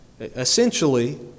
Essentially